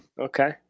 Okay